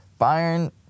Bayern